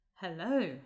Hello